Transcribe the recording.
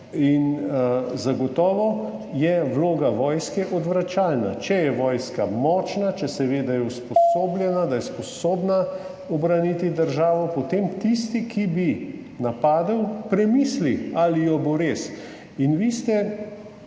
Zagotovo je vloga vojske odvračalna. Če je vojska močna, če se ve, da je usposobljena, da je sposobna ubraniti državo, potem tisti, ki bi napadel, premisli, ali jo bo res. In vi ste